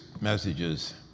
messages